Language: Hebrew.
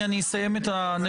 אני מחדש את הישיבה,